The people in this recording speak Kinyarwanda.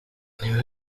niwe